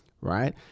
right